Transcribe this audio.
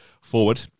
forward